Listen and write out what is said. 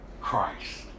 Christ